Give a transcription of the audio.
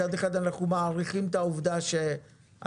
מצד אחד אנחנו מעריכים את העובדה שאנשי